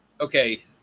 okay